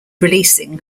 releasing